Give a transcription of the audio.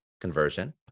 conversion